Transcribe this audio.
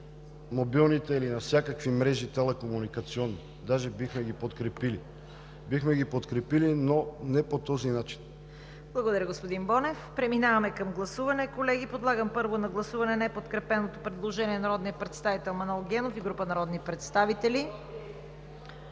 мобилните или на всякакви телекомуникационни мрежи, даже бихме ги подкрепили. Бихме ги подкрепили, но не по този начин. ПРЕДСЕДАТЕЛ ЦВЕТА КАРАЯНЧЕВА: Благодаря, господин Бонев. Преминаваме към гласуване, колеги. Подлагам първо на гласуване неподкрепеното предложение на народния представител Манол Генов и група народни представители.